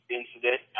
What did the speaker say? incident